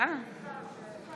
(קוראת בשמות חברי הכנסת)